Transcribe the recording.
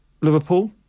Liverpool